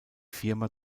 firma